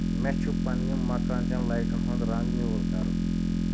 مے چُھ پنٕنِہ مکان چیٚن لایٹن ہُنٛد رنٛگ نیٛوٗل کرُن